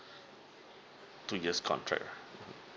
two years contract ah